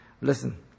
Listen